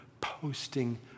posting